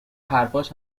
حرفاش